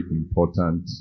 important